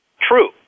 true